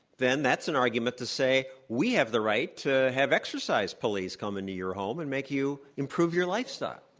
then that's an argument to say, we have the right to have exercise police come into your home and make you improve your lifestyle.